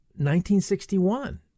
1961